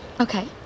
Okay